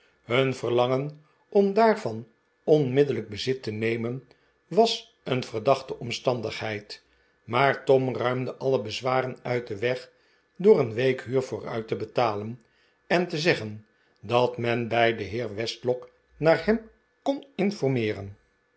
hun verlangen om daarvan onmiddellijk bezit te nemen was een verdacljte omstandigheid maar tom ruimde alle bezwaren uit den weg door een week huur vooruit te betalen en te zeggen dat men bij den heer westlock naar hem kon informeeren